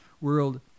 world